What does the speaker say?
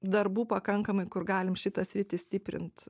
darbų pakankamai kur galim šitą sritį stiprint